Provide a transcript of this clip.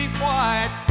white